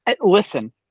Listen